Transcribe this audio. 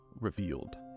revealed